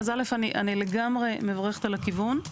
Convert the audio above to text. אז א', אני לגמרי מברכת על הכיוון.